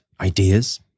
ideas